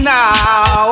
now